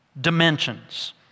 dimensions